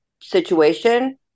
situation